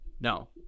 no